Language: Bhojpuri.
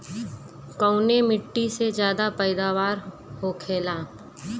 कवने मिट्टी में ज्यादा पैदावार होखेला?